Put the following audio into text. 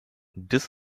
this